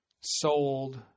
sold